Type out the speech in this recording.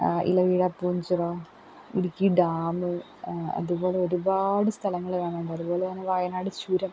Ilaveezhapoonchira Idukki dam അതുപോലൊരുപാട് സ്ഥലങ്ങള് കാണാനുണ്ട് അതുപോലെ വയനാട് ചുരം